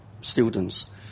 students